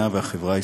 של חבר הכנסת איל בן